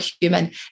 human